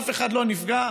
אף אחד לא נפגע.